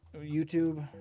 YouTube